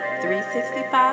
365